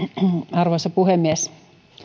arvoisa puhemies